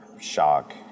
shock